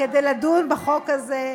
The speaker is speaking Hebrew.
כדי לדון בחוק הזה.